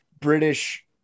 british